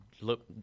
look